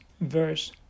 verse